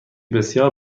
بسیار